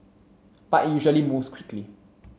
but it usually moves quickly